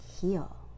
heal